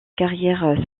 carrière